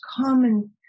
common